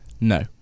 No